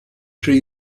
tree